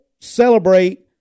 celebrate